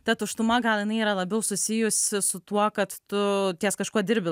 ta tuštuma gal jinai yra labiau susijusi su tuo kad tu ties kažkuo dirbi